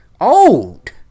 Old